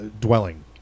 dwelling